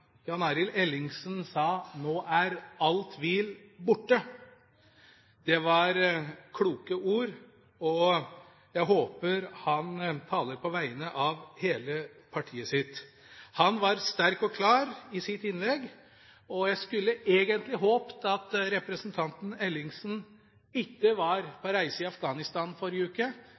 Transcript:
Jan Arild Ellingsen sa: Nå er all tvil borte. Det var kloke ord, og jeg håper han taler på vegne av hele partiet sitt. Han var sterk og klar i sitt innlegg, og jeg hadde egentlig håpet at representanten Ellingsen ikke var på reise i Afghanistan i forrige uke,